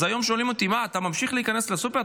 אז היום שואלים אותי: מה, אתה ממשיך להיכנס לסופר?